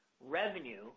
Revenue